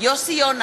יוסי יונה,